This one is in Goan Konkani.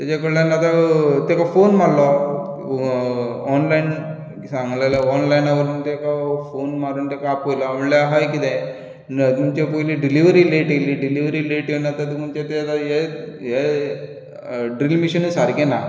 ताज्या कडल्यान म्हाका ताका फोन मारलो ऑनलायन सांगलेलें ऑनलायन वचून ताका फोन मारून ताका आपयलो हांवें म्हणले हाय कितें पयलीं तुमची डिलीवरी लेट येली डिलीवरी लेट येवन आतां तुमचें तें आतां हें हें ड्रिलींग मिशीन सारकें ना